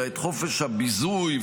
ולא את חופש הביזוי,